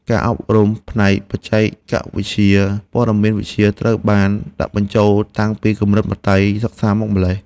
ការអប់រំផ្នែកបច្ចេកវិទ្យាព័ត៌មានវិទ្យាត្រូវបានដាក់បញ្ចូលតាំងពីកម្រិតមត្តេយ្យសិក្សាមកម្ល៉េះ។